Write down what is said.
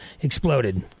exploded